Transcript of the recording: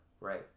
Right